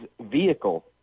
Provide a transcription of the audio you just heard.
vehicle